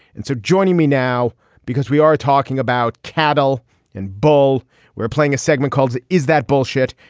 and so joining me now because we are talking about cattle and bull we're playing a segment called. is that bullshit.